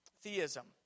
theism